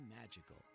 magical